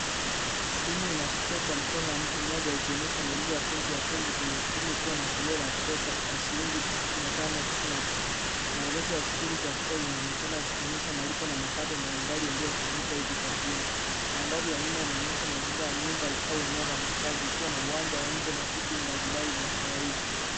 Simu inashikiliwa kwa mkono ya mtu mmoja, ikionyesha maelezo ya akaunti ya benki kwenye skrini ikiwa na salio la pesa ya shilingi mia tano tisini na tisa. Maelezo ya shughuli za kisasa zinaonekana, zikionyesha malipo na mapato mbalimbali yaliyofanyika hivi karibuni. Mandhari ya nyuma inaonyesha mazingira ya nyumba au eneo la makazi ikiwa na uwanja wa nje na vitu mbalimbali vya kawaida.